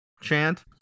chant